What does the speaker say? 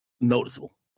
noticeable